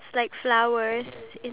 oh ya